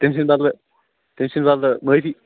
تٔمۍ سٕنٛدِ بدلہٕ تٔمۍ سٕنٛدِ بدلہٕ معٲفی